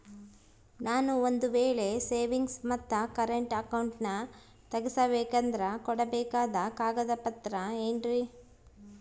ನಾನು ಒಂದು ವೇಳೆ ಸೇವಿಂಗ್ಸ್ ಮತ್ತ ಕರೆಂಟ್ ಅಕೌಂಟನ್ನ ತೆಗಿಸಬೇಕಂದರ ಕೊಡಬೇಕಾದ ಕಾಗದ ಪತ್ರ ಏನ್ರಿ?